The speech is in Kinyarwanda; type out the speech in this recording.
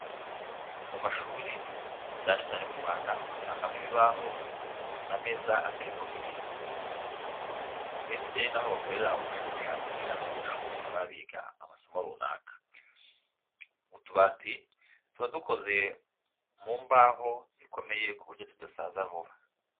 Mu mashuri cyane cyane mu Rwanda usangamo ibibaho, ameza aterekwaho ibintu ndetse n'aho bakorera ubushakashatsi abanyeshuri baba biga amasomo runaka, utubati tuba dukoze mu mbaho zikomeye ku buryo tudasaza vuba.